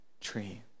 tree